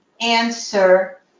answer